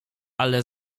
ale